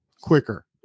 quicker